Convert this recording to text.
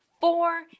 four